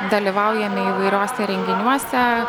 dalyvaujame įvairios renginiuose